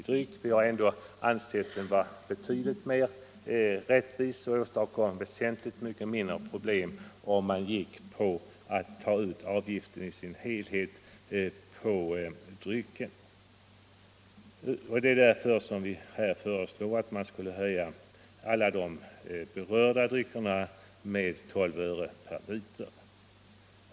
Vi anser att det är mer rättvist och att det åstadkommer väsentligt mindre problem att ta ut avgiften i dess helhet på dryckerna. Det är därför som vi här föreslår att man skall höja beskattningen på alla de berörda dryckerna med 12 öre per liter.